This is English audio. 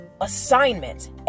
assignment